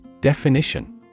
Definition